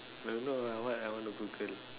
I don't know ah what I want to Google